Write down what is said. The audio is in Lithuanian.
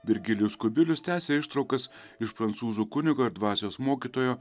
virgilijus kubilius tęsia ištraukas iš prancūzų kunigo ir dvasios mokytojo